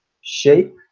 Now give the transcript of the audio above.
shape